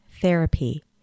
therapy